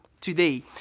today